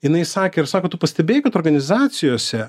jinai sakė ir sako tu pastebėjai kad organizacijose